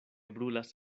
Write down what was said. brulas